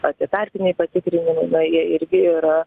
ar tai tarpiniai patikrinimai na jie irgi yra